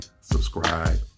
subscribe